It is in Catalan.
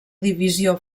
divisió